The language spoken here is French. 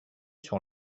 sur